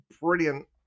brilliant